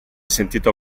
sentito